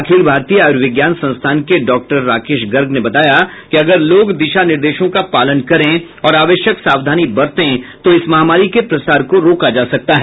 अखिल भारतीय आयुर्विज्ञान संस्थान के डॉक्टर राकेश गर्ग ने बताया कि अगर लोग दिशानिर्देशों का पालन करें और आवश्यक सावधानी बरतें तो इस महामारी के प्रसार को रोका जा सकता है